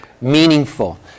meaningful